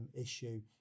issue